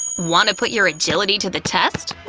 want to put your agility to the test?